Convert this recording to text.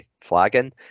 flagging